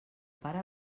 pare